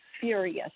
furious